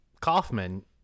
Kaufman